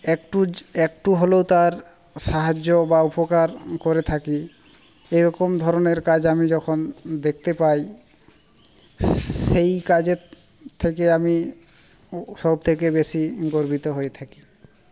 একটু একটু হলেও তার সাহায্য বা উপকার করে থাকি এরকম ধরনের কাজ আমি যখন দেখতে পাই সেই কাজের থেকে আমি সবথেকে বেশি গর্বিত হয়ে থাকি